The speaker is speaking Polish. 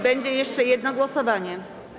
Będzie jeszcze jedno głosowanie.